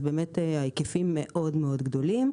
ההיקפים מאוד מאוד גדולים,